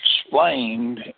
explained